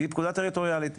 היא פקודה טריטוריאלית,